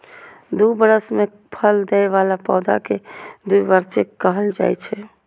दू बरस मे फल दै बला पौधा कें द्विवार्षिक कहल जाइ छै